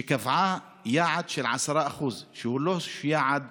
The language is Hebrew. שקבעה יעד של 10%, שהוא לא יעד